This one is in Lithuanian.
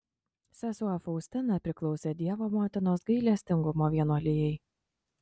sesuo faustina priklausė dievo motinos gailestingumo vienuolijai